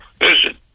Listen